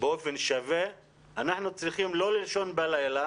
באופן שווה אנחנו צריכים לא לישון בלילה